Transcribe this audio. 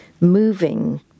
moving